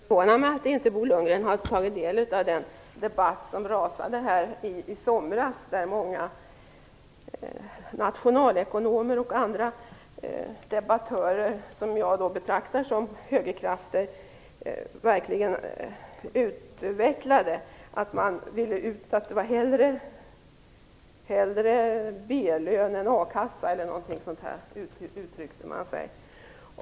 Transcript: Fru talman! Det förvånar mig att Bo Lundgren inte har tagit del av den debatt som rasade i somras där många nationalekonomer och andra debattörer som jag betraktar som högerkrafter utvecklade att man hellre ville ha en B-lön än en a-kassa, eller hur man uttryckte det.